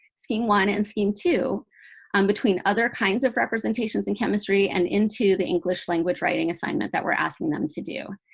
scheme one and scheme two um between other kinds of representations in chemistry and into the english language writing assignment that we're asking them to do.